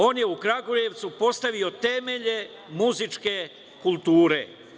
On je u Kragujevcu postavio temelje muzičke kulture.